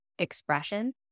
expression